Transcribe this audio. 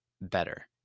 better